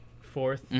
fourth